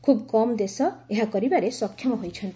ଖୁବ୍ କମ୍ ଦେଶ ଏହା କରିବାରେ ସକ୍ଷମ ହୋଇଛନ୍ତି